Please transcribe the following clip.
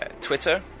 Twitter